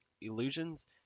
illusions